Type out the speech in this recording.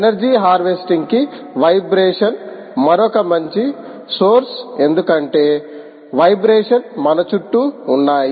energy harvesting కి vibration మరొక మంచి సోర్స్ ఎందుకంటే వైబ్రేషన్ మన చుట్టూ ఉన్నాయి